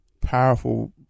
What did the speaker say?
powerful